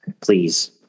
Please